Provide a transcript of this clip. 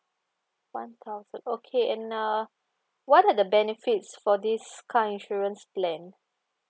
one thousand okay and uh what are the benefits for this car insurance plan